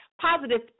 positive